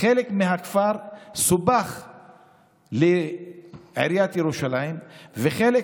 חלק מהכפר סופח לעיריית ירושלים וחלק